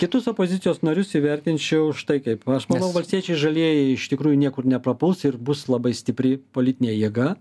kitus opozicijos narius įvertinčiau štai kaip aš manau valstiečiai žalieji iš tikrųjų niekur neprapuls ir bus labai stipri politinė jėga